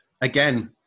again